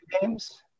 games